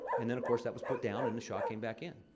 and then, of course, that was put down and the shah came back in,